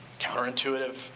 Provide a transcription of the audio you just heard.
counterintuitive